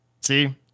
See